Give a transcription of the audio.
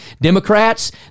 Democrats